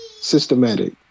systematic